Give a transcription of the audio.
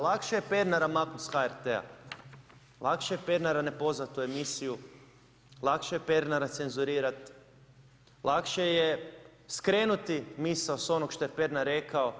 Lakše je Pernara maknuti sa HRT-a, lakše je Pernara ne pozvati u emisiju, lakše je Pernara cenzurirati, lakše je skrenuti misao sa onog što je Pernar rekao.